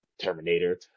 Terminator